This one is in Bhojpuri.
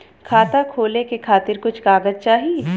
खाता खोले के खातिर कुछ कागज चाही?